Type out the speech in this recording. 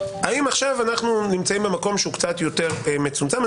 האם עכשיו אנחנו נמצאים במקום שהוא קצת יותר מצומצם?